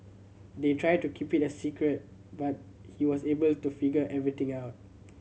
they tried to keep it a secret but he was able to figure everything out